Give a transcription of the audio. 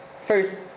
First